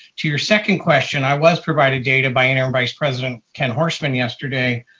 to your second question, i was provided data by interim vice president ken horstman yesterday.